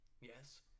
Yes